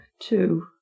two